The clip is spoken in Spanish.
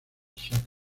chuck